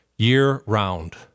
year-round